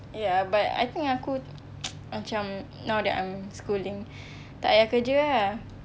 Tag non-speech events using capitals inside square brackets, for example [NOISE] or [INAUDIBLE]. ya but I think aku [NOISE] macam now that I'm schooling [BREATH] tak payah kerja ah